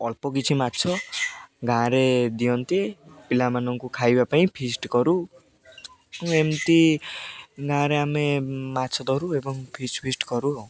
ଅଳ୍ପ କିଛି ମାଛ ଗାଁରେ ଦିଅନ୍ତି ପିଲାମାନଙ୍କୁ ଖାଇବା ପାଇଁ ଫିଷ୍ଟ କରୁ ଏମିତି ଗାଁରେ ଆମେ ମାଛ ଧରୁ ଏବଂ ଫିଷ୍ଟ ଫିଷ୍ଟ କରୁ ଆଉ